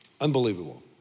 Unbelievable